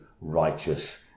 righteous